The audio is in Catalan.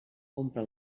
omple